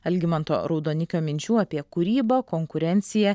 algimanto raudonikio minčių apie kūrybą konkurenciją